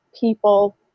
people